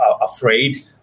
afraid